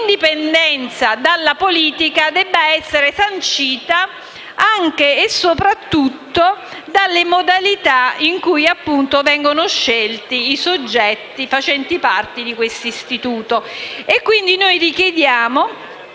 l'indipendenza dalla politica debba essere sancita anche e soprattutto dalle modalità con le quali vengono scelti i soggetti facenti parte di questo istituto. Chiediamo